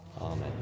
Amen